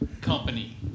company